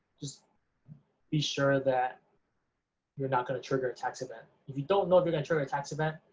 just be sure that you're not gonna trigger a tax event. if you don't know if you're gonna trigger a tax event,